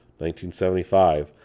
1975